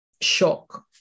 shock